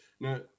Now